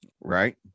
Right